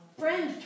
friend